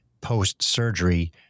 post-surgery